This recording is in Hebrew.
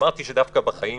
אמרתי שדווקא בחיים